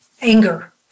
anger